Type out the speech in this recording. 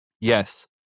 Yes